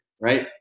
right